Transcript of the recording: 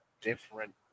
different